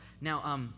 Now